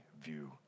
view